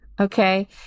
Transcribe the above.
Okay